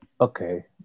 Okay